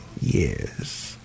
yes